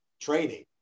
training